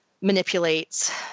manipulates